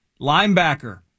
linebacker